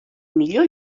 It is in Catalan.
millor